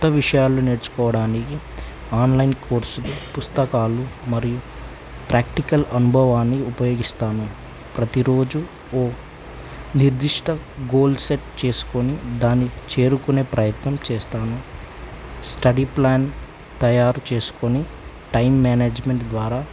కొత్త విషయాలు నేర్చుకోవడానికి ఆన్లైన్ కోర్సులు పుస్తకాలు మరియు ప్రాక్టికల్ అనుభవాన్ని ఉపయోగిస్తాను ప్రతిరోజు ఓ నిర్దిష్ట గోల్ సెట్ చేసుకొని దాన్ని చేరుకునే ప్రయత్నం చేస్తాను స్టడీ ప్లాన్ తయారు చేసుకొని టైం మేనేజ్మెంట్ ద్వారా